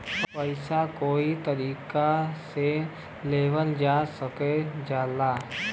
पइसा कई तरीका से लेवल जा सकल जाला